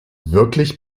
wirklich